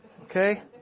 okay